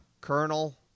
colonel